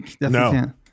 No